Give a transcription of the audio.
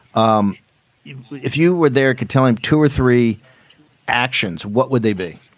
um if you were there, could tell him two or three actions. what would they be?